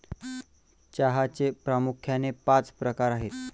चहाचे प्रामुख्याने पाच प्रकार आहेत